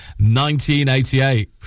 1988